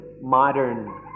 modern